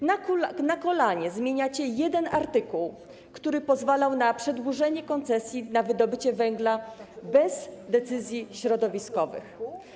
Piszecie na kolanie, zmieniacie jeden artykuł, który pozwalał na przedłużenie koncesji na wydobycie węgla bez decyzji środowiskowej.